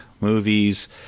movies